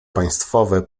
państwowe